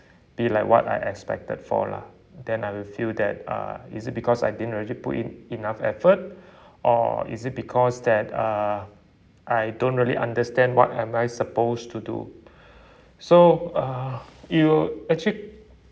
be like what I expected for lah then I will feel that uh is it because I didn't really put in enough effort or is it because that uh I don't really understand what am I supposed to do so uh you actually